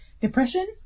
depression